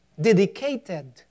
Dedicated